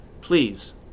please